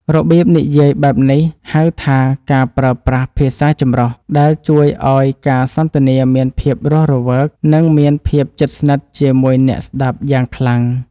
របៀបនិយាយបែបនេះហៅថាការប្រើប្រាស់ភាសាចម្រុះដែលជួយឱ្យការសន្ទនាមានភាពរស់រវើក និងមានភាពជិតស្និទ្ធជាមួយអ្នកស្តាប់យ៉ាងខ្លាំង។